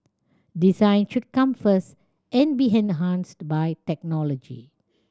design should come first and be enhanced by technology